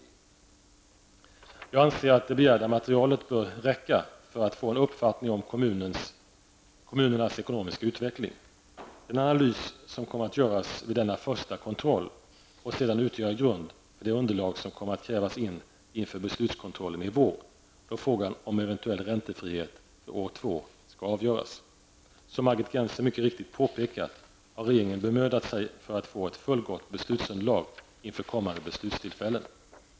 Jag anser att det begärda materialet bör räcka för att få en uppfattning om kommunernas ekonomiska utveckling. Den analys som kommer att göras vid denna första kontroll får sedan utgöra grund för det underlag som kommer att krävas in inför beslutskontrollen i vår, då frågan om eventuell räntefrihet för år två skall avgöras. Som Margit Gennser mycket riktigt påpekat har regeringen bemödat sig för att få ett fullgott beslutsunderlag inför kommande beslutstillfällen.